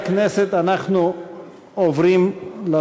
15